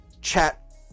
chat